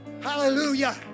Hallelujah